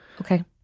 Okay